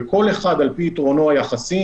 וכל אחד על פי יתרונו היחסי